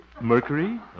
Mercury